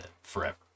forever